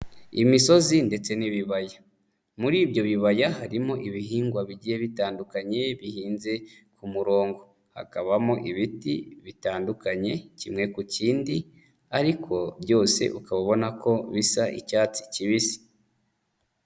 Imisozi ndetse n'ibibaya, muri ibyo bibaya harimo ibihingwa bigiye bitandukanye bihinze ku murongo, hakabamo ibiti bitandukanye kimwe ku kindi ariko byose ukaba ubona ko bisa icyatsi kibisi.